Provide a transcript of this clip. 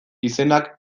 izenak